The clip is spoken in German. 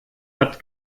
hat